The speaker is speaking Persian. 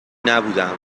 نبودهام